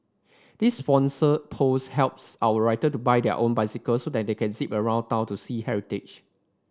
this sponsored post helps our writer buy their own bicycles so they can zip around town to see heritage